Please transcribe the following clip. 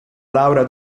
laurea